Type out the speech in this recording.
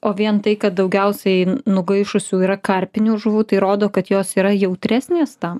o vien tai kad daugiausiai nugaišusių yra karpinių žuvų tai rodo kad jos yra jautresnės tam